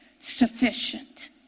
sufficient